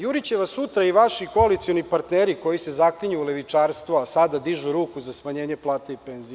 Juriće vas sutra i vaši koalicioni partneri koji se zaklinju u levičarstvo, a sada dižu ruku za smanjenje plata i penzija.